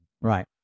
right